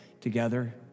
together